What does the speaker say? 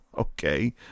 Okay